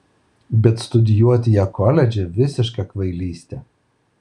bet studijuoti ją koledže visiška kvailystė